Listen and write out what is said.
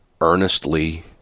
earnestly